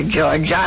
George